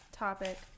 topic